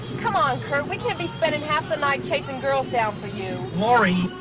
come on, curt. we can't be spendin' half the night chasing girls down for you. laurie,